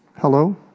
Hello